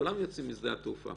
כולם יוצאים משדה התעופה